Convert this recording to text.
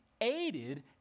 aided